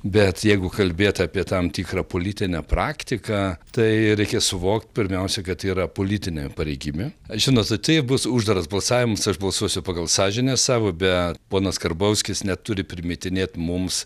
bet jeigu kalbėt apie tam tikrą politinę praktiką tai reikia suvok pirmiausia kad yra politinė pareigybė žinote tai bus uždaras balsavimas aš balsuosiu pagal sąžinę savo bet ponas karbauskis neturi primetinėt mums